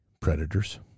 predators